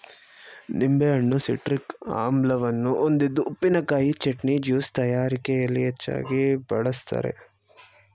ನಿಂಬೆಹಣ್ಣು ಸಿಟ್ರಿಕ್ ಆಮ್ಲವನ್ನು ಹೊಂದಿದ್ದು ಉಪ್ಪಿನಕಾಯಿ, ಚಟ್ನಿ, ಜ್ಯೂಸ್ ತಯಾರಿಕೆಯಲ್ಲಿ ಹೆಚ್ಚಾಗಿ ಬಳ್ಸತ್ತರೆ